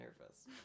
nervous